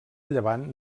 llevant